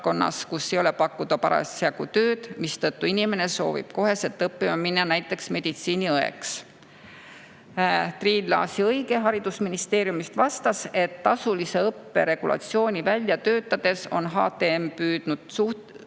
ei ole tööd pakkuda, mistõttu inimene soovib koheselt õppima minna näiteks meditsiiniõeks. Triin Laasi-Õige haridusministeeriumist vastas, et tasulise õppe regulatsiooni välja töötades on HTM püüdnud